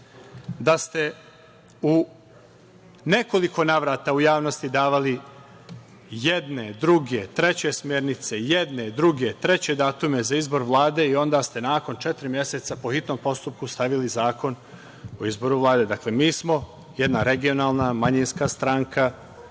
da ste u nekoliko navrata u javnosti davali jedne, druge, treće smernice, jedne, druge, treće datume za izbor Vlade i onda ste nakon četiri meseca po hitnom postupku stavili Zakon o izboru Vlade. Dakle, mi smo jedna regionalna manjinska stranka.